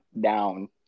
down